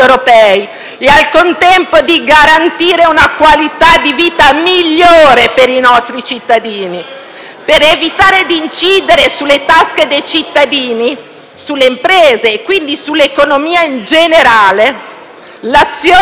dal Gruppo PD).* Per evitare di incidere sulle tasche dei cittadini, sulle imprese e quindi sull'economia in generale, l'azione del Governo inizierà bloccando l'aumento dell'IVA, quell'aumento